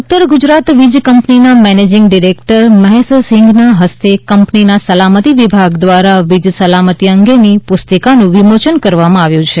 સલામતી ઉતર ગુજરાત વીજ કંપનીના મેનજીંગ ડિરેકટર મહેશસિંઘના હસ્તે કંપનીના સલામતી વિભાગ દ્વારા વીજ સલામતી અંગેની પુસ્તિકાનુ વિમોચન કરવામાં આવ્યુ છે